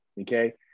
Okay